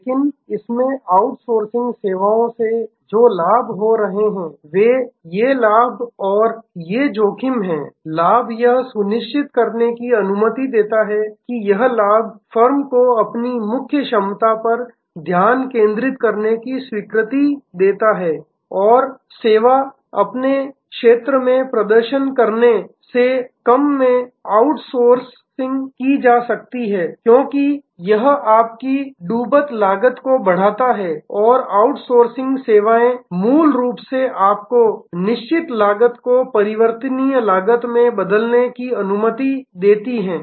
लेकिन इसमें आउटसोर्सिंग सेवाओं से जो लाभ हो रहे हैं वे ये लाभ और ये जोखिम हैं लाभ यह सुनिश्चित करने की अनुमति देता है कि यह लाभ फर्म को अपनी मुख्य क्षमता पर ध्यान केंद्रित करने की स्वीकृति देता है और और सेवा अपने क्षेत्र में प्रदर्शन करने से कम में आउटसोर्सिंग की जा सकती है क्योंकि यह आपकी डूबत लागत को बढ़ाता है और आउटसोर्सिंग सेवाएं मूल रूप से आपको निश्चित लागत को परिवर्तनीय लागत में बदलने की अनुमति देती है